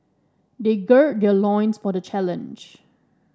they gird their loins for the challenge